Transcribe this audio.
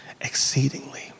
exceedingly